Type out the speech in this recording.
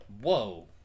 whoa